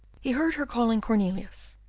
he heard her calling cornelius.